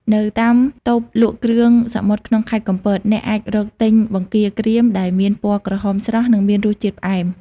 នៅតាមតូបលក់គ្រឿងសមុទ្រក្នុងខេត្តកំពត អ្នកអាចរកទិញបង្គាក្រៀមដែលមានពណ៌ក្រហមស្រស់ និងមានរសជាតិផ្អែម។